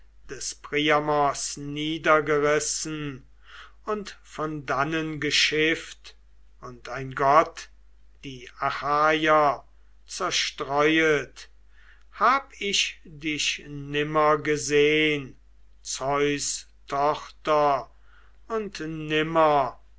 des priamos niedergerissen und von dannen geschifft und ein gott die achaier zerstreuet hab ich dich nimmer gesehn zeus tochter und nimmer